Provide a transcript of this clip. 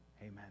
Amen